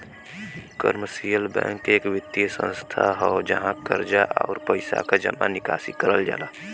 commercial bank एक वित्तीय संस्थान हौ जहाँ कर्जा, आउर पइसा क जमा निकासी करल जाला